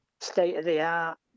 state-of-the-art